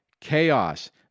chaos